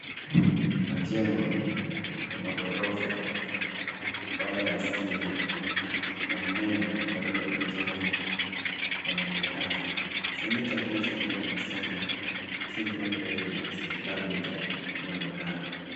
Majengo ya maghorofa, waya ya stima na mmea wa rangi ya kijani yanaonekana. Saini chapisho ambayo inasoma Symphony Residence Lavington inaonekana.